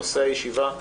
נושא הישיבה,